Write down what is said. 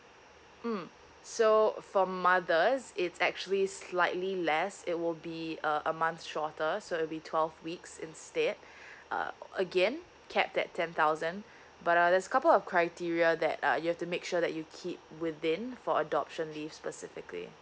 mm so for mothers it's actually slightly less it will be a a month shorter so it'll be twelve weeks instead uh again capped at ten thousand but uh there's a couple of criteria that uh you have to make sure that you keep within for adoption leave specifically